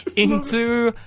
into.